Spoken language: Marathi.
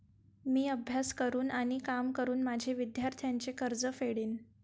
मी अभ्यास करून आणि काम करून माझे विद्यार्थ्यांचे कर्ज फेडेन